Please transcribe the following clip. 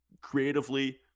creatively